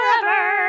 forever